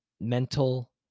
mental